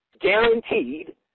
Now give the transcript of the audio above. guaranteed